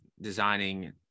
designing